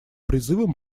призывом